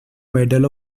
medal